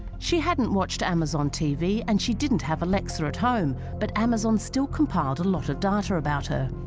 she hadn't watched amazon tv, and she didn't have a lexer at home but amazon still compiled a lot of data about her